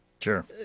Sure